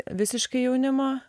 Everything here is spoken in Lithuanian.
visiškai jaunimą